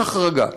יש החרגה.